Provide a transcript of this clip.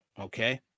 Okay